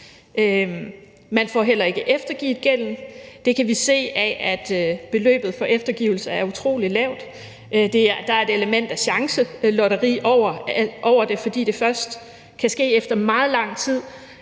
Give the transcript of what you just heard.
Man får heller ikke eftergivet gælden. Det kan vi se af, at beløbet for eftergivelse er utrolig lavt. Der er et element af chancelotteri over det, fordi det først kan ske efter meget lang tid,